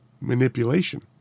manipulation